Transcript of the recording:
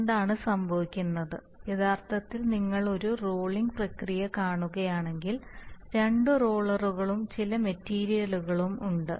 എന്താണ് സംഭവിക്കുന്നത് യഥാർത്ഥത്തിൽ നിങ്ങൾ ഒരു റോളിംഗ് പ്രക്രിയ കാണുകയാണെങ്കിൽ രണ്ട് റോളുകളും ചില മെറ്റീരിയലുകളും ഉണ്ട്